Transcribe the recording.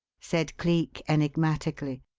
said cleek, enigmatically.